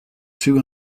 two